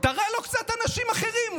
תראה לו קצת אנשים אחרים,